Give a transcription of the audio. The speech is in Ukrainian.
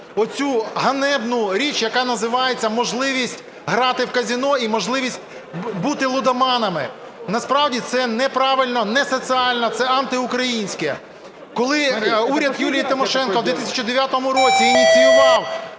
оцю ганебну річ, яка називається "можливість грати в казино і можливість бути лудоманами". Насправді це неправильно, несоціально, це антиукраїнське. Коли уряд Юлії Тимошенко у 2009 році ініціював